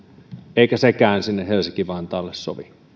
eikä sekään sinne helsinki vantaalle sovi